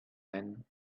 and